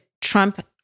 trump